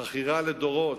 חכירה לדורות,